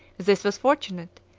this was fortunate,